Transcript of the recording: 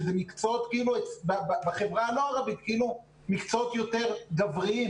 שזה מקצועות שבחברה הלא-ערבית כאילו יותר גבריים.